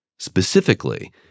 Specifically